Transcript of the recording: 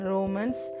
Romans